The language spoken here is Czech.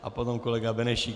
A potom kolega Benešík.